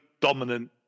dominant